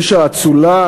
איש האצולה,